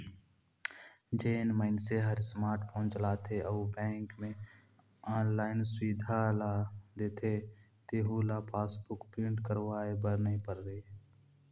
जेन मइनसे हर स्मार्ट फोन चलाथे अउ बेंक मे आनलाईन सुबिधा ल देथे तेहू ल पासबुक प्रिंट करवाये बर नई परे